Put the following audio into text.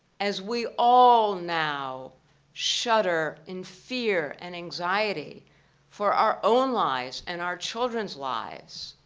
as we all now shudder in fear and anxiety for our own lives and our children's lives,